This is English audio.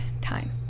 time